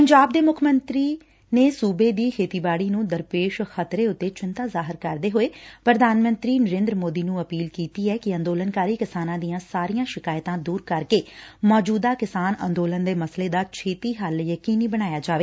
ਪੰਜਾਬ ਦੇ ਮੁੱਖ ਮੰਤਰੀ ਨੇ ਸੁਬੇ ਦੀ ਖੇਤੀਬਾਤੀ ਨੰ ਦਰਪੇਸ਼ ਖ਼ਤਰੇ ਉਤੇ ਚਿੰਤਾ ਜ਼ਾਹਿਰ ਕਰਦੇ ਹੋਏ ਪ੍ਰਧਾਨ ਮੰਤਰੀ ਨਰੇਦਰ ਮੋਦੀ ਨੰ ਅਪੀਲ ਕੀਤੀ ਏ ਕਿ ਅੰਦੋਲਨਕਾਰੀ ਕਿਸਾਨਾਂ ਦੀਆਂ ਸਾਰੀਆਂ ਸ਼ਿਕਾਇਤਾਂ ਦੁਰ ਕਰਕੇ ਮੌਜੁਦਾ ਕਿਸਾਨ ਅੰਦੋਲਨ ਦੇ ਮਸਲੇ ਦਾ ਛੇਤੀ ਹੱਲ ਯਕੀਨੀ ਬਣਾਇਆ ਜਾਵੇ